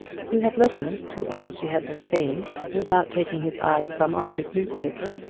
he had listened to all she had been saying without taking his eyes from off his newspaper,